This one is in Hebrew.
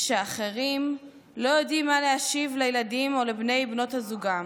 שאחרים לא יודעים מה להשיב לילדים או לבני ובנות זוגם